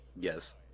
Yes